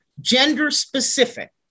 gender-specific